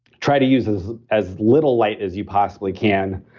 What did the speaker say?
try to use as as little light as you possibly can.